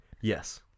Yes